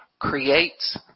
creates